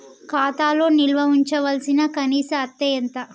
ఖాతా లో నిల్వుంచవలసిన కనీస అత్తే ఎంత?